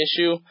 issue